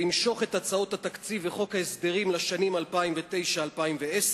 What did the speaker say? ולמשוך את הצעות התקציב וחוק ההסדרים לשנים 2009 2010,